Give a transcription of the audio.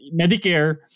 Medicare